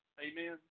Amen